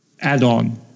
add-on